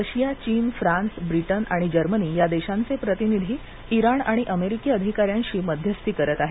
Russia चीन France Britain आणि Germany या देशांचे प्रतिनिधी इराण आणि अमेरिकी अधिकाऱ्यांशी मध्यस्ती करीत आहेत